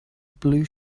blue